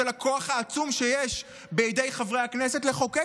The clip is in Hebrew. של הכוח העצום שיש בידי חברי הכנסת לחוקק